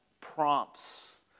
prompts